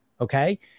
okay